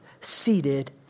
seated